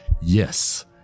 Yes